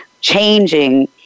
changing